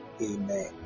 amen